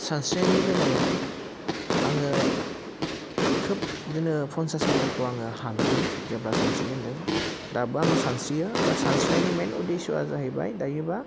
सानस्रिनायनि बेलायाव आङो खोब बिदिनो फनसास मिटारखौ आङो हादोंमोन जेब्ला सानस्रिजेनदों दाबो आङो सानस्रियो दा सानस्रिनायनि मेइन उदिस्यआ जाहैबाय दायोबा